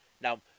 Now